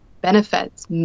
benefits